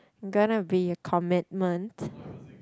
gonna be a commitment